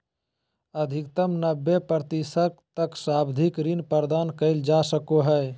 अधिकतम नब्बे प्रतिशत तक सावधि ऋण प्रदान कइल जा सको हइ